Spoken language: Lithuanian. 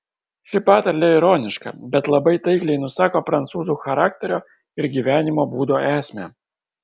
ši patarlė ironiška bet labai taikliai nusako prancūzų charakterio ir gyvenimo būdo esmę